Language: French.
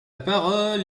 parole